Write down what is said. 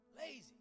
Lazy